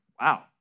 wow